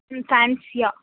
ம் ஃபேன்ஸியா